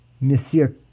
Monsieur